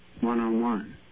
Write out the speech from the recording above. one-on-one